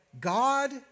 God